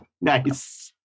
Nice